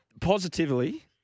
positively